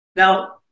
Now